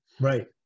right